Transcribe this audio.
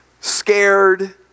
scared